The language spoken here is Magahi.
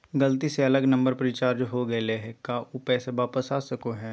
गलती से अलग नंबर पर रिचार्ज हो गेलै है का ऊ पैसा वापस आ सको है?